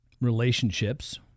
relationships